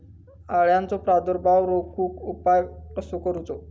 अळ्यांचो प्रादुर्भाव रोखुक उपाय कसो करूचो?